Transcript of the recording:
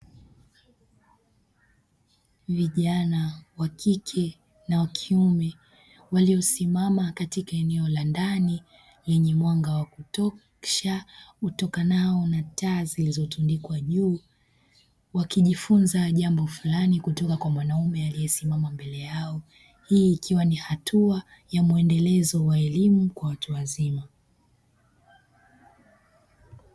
Vijana wakike na wakiume waliosimama katika eneo la ndani lenye mwanga wa kutosha utokanao na taa zilizotundikwa juu, wakijifunza jambo fulani kutoka kwa mwanaume aliyesimama mbele yao hii ikiwa ni hatua ya muendelezo wa elimu kwa watu wazima.